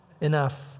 enough